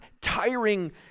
tiring